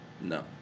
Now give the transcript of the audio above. No